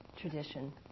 tradition